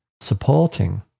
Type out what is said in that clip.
supporting